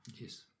Yes